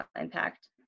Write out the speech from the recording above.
impact